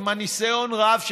עם הניסיון הרב שלו,